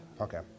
Okay